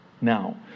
Now